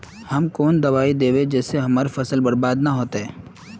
हम कौन दबाइ दैबे जिससे हमर फसल बर्बाद न होते?